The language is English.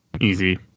easy